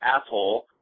asshole